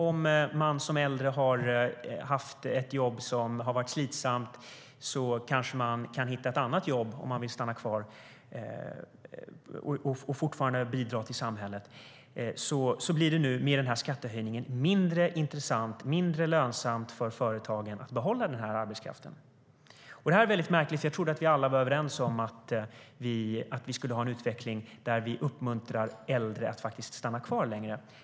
Om man som äldre har haft ett slitsamt jobb men ändå vill stanna kvar och bidra till samhället om man kan hitta ett annat jobb så blir det med den här skattehöjningen mindre intressant, mindre lönsamt för företagen att behålla den arbetskraften. Det här är väldigt märkligt, för jag trodde att vi alla var överens om att vi skulle ha en utveckling där vi uppmuntrar äldre att stanna kvar längre.